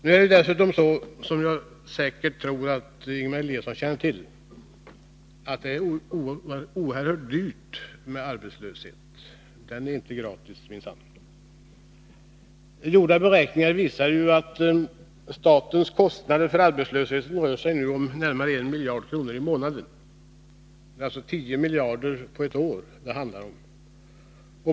Nu är det dessutom så — och jag tror säkert att Ingemar Eliasson känner till det — att det är oerhört dyrt med arbetslöshet. Den är minsann inte gratis. Gjorda beräkningar visar att statens kostnader för arbetslösheten nu rör sig om närmare 1 miljard kronor i månaden. Det handlar alltså om 10 miljarder kronor på ett år.